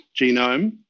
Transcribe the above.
genome